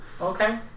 Okay